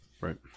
Right